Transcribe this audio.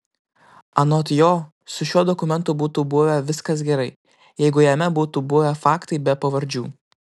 anot jo su šiuo dokumentu būtų buvę viskas gerai jeigu jame būtų buvę faktai be pavardžių